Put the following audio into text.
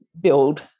build